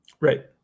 right